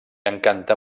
encanta